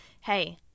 Hey